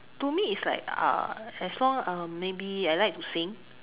to me is like uh as long uh maybe I like to sing